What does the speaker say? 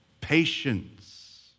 patience